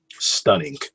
stunning